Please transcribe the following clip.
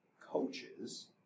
coaches